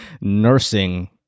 Nursing